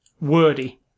wordy